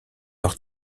leur